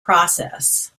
process